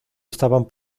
estaban